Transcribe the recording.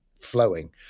flowing